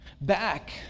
back